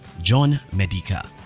john medica,